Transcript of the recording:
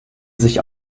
sich